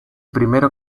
primero